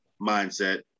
mindset